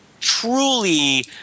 truly